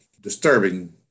disturbing